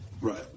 Right